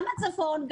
גם בצפון,